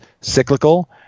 cyclical